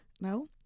no